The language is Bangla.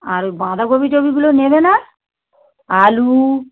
আর ওই বাঁধাকপি টপিগুলো নেবে না আলু